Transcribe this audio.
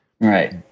right